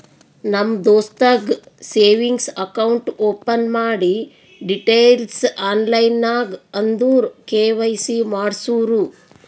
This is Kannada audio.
ನಮ್ ದೋಸ್ತಗ್ ಸೇವಿಂಗ್ಸ್ ಅಕೌಂಟ್ ಓಪನ್ ಮಾಡಿ ಡೀಟೈಲ್ಸ್ ಆನ್ಲೈನ್ ನಾಗ್ ಅಂದುರ್ ಕೆ.ವೈ.ಸಿ ಮಾಡ್ಸುರು